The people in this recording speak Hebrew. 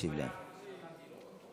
שישיב להם.